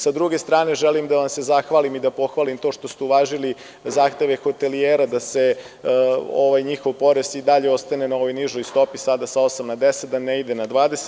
Sa druge strane, želim da vam se zahvalim i da pohvalim to što ste uvažili zahteve hotelijera da ovaj njihov porez i dalje ostane na ovoj nižoj stopi, sada sa osam na deset, da ne ide na 20.